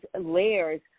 layers